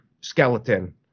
skeleton